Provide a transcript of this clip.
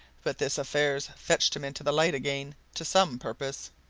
but this affair's fetched him into the light again to some purpose!